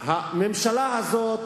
הממשלה הזאת,